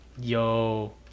Yo